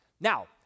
Now